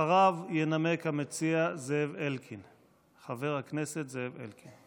אחריו ינמק המציע חבר הכנסת זאב אלקין.